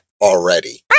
already